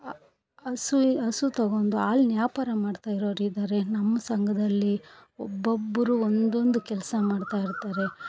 ಅ ಹಸು ಹಸು ತಗೊಂಡು ಹಾಲಿನ ವ್ಯಾಪಾರ ಮಾಡ್ತಾಯಿರೋರಿದಾರೆ ನಮ್ಮ ಸಂಘದಲ್ಲಿ ಒಬ್ಬೊಬ್ಬರು ಒಂದೊಂದು ಕೆಲಸ ಮಾಡ್ತಾಯಿರ್ತಾರೆ